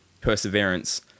perseverance